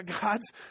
God's